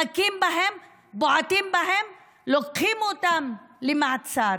מכים בהם, בועטים בהם ולוקחים אותם למעצר,